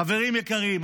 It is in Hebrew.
חברים יקרים,